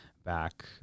back